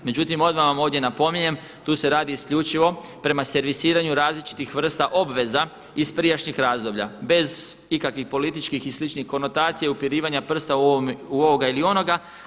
Međutim, odmah vam ovdje napominjem tu se radi isključivo prema servisiranju različitih vrsta obveza iz prijašnjih razdoblja bez ikakvih političkih i sličnih konotacija i upirivanja prsta u ovoga ili onoga.